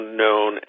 known